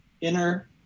inner